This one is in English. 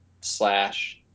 slash